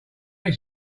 were